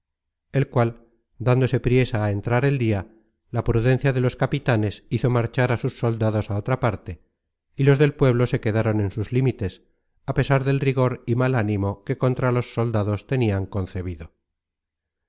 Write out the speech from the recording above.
el cual dándose priesa á entrar el dia la prudencia de los capitanes hizo marchar á sus soldados á otra parte y los del pueblo se quedaron en sus límites á pesar del rigor y mal ánimo que contra los soldados tenian concebido